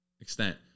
extent